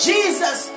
Jesus